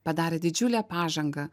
padarė didžiulę pažangą